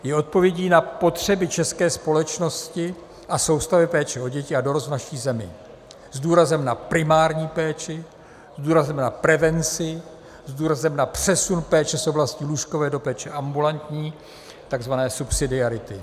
Je odpovědí na potřeby české společnosti a soustavy péče o děti a dorost v naší zemi s důrazem na primární péči, s důrazem na prevenci, s důrazem na přesun péče z oblasti lůžkové do péče ambulantní, tzv. subsidiarity.